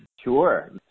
Sure